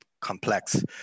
complex